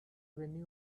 venue